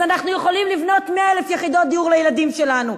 אז אנחנו יכולים לבנות 100,000 יחידות דיור לילדים שלנו,